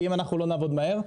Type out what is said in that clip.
כי אם אנחנו לא נעבוד מהר,